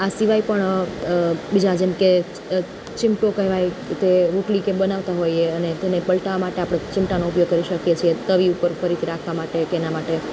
આ સિવાય પણ બીજા જેમ કે ચિમટો કહેવાય કે રોટલી કે બનાવતા હોઈએ અને તેને પલટાવવા માટે આપણે ચિમટાનો ઉપયોગ કરી શકીએ છીએ તવી ઉપર ઘડીક રાખવા માટે તેના માટે